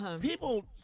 People